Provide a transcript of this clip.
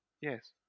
Yes